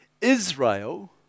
Israel